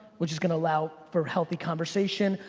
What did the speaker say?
which is gonna allow for healthy conversation.